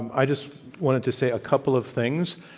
i just wanted to say a couple of things.